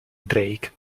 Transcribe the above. drake